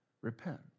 Repent